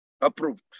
approved